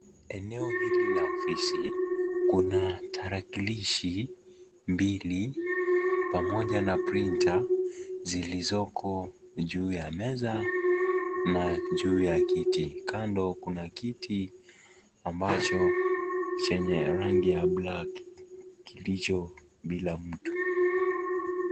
Eneo hili la ofisi kuna tarakilishi mbili pamoja na printer zilizoko juu ya meza na juu ya kiti. Kando kuna kiti ambacho chenye rangi ya black kilicho bila mtu.